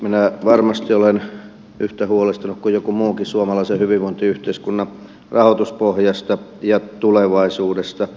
minä varmasti olen yhtä huolestunut kuin joku muukin suomalaisen hyvinvointiyhteiskunnan rahoituspohjasta ja tulevaisuudesta